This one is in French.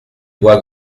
bois